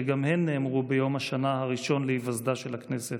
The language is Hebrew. שגם הן נאמרו ביום השנה הראשון להיווסדה של הכנסת: